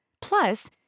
Plus